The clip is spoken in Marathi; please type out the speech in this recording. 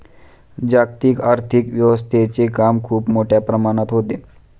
जागतिक आर्थिक व्यवस्थेचे काम खूप मोठ्या प्रमाणात होते